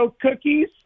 cookies